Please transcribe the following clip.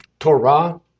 Torah